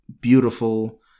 beautiful